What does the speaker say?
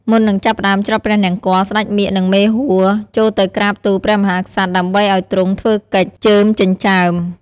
មុននឹងចាប់ផ្ដើមច្រត់ព្រះនង្គ័ល ស្ដេចមាឃ និង មេហួរ ចូលទៅក្រាបទូល ព្រះមហាក្សត្រ ដើម្បីឱ្យទ្រង់ធ្វើកិច្ច "ចឺមចិញ្ចើម"។